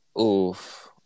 Oof